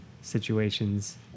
situations